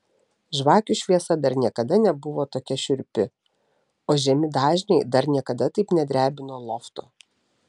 žvakių šviesa dar niekada nebuvo tokia šiurpi o žemi dažniai dar niekada taip nedrebino lofto